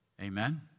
Amen